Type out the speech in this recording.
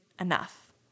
enough